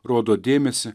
rodo dėmesį